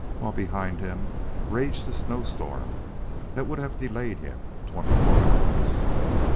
while behind him raged a snow-storm that would have delayed him twenty-four hours.